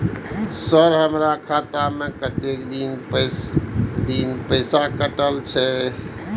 Sir हमारो खाता में कतेक दिन पैसा कटल छे?